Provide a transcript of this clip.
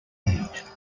eat